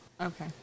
okay